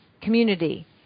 community